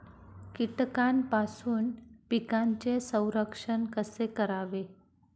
कीटकांपासून पिकांचे संरक्षण कसे करावे?